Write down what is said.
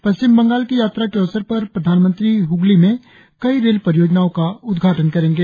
पश्चिम बंगाल की यात्रा के अवसर पर प्रधानमंत्री हगली में कई रेल परियोजनाओं का उदघाटन करेंगे